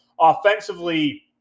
Offensively